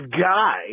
guy